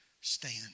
stand